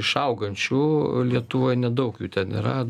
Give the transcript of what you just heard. iš augančių lietuvoj nedaug jų ten yra